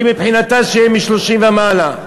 מבחינתה שיהיה מ-30 ומעלה.